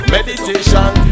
Meditation